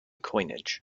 coinage